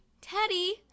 Teddy